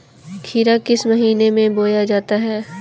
खीरा किस महीने में बोया जाता है?